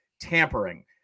tampering